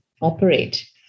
operate